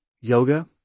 Yoga